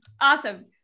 Awesome